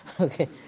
Okay